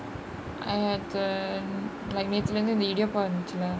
I had then like நேத்துல இருந்து இந்த:nethula irunthu intha idiyappam இருந்துசுல:irunthuchula